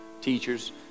Teachers